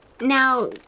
Now